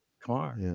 car